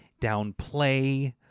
downplay